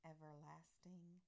Everlasting